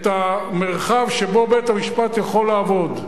את המרחב שבו בית-המשפט יכול לעבוד.